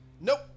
Nope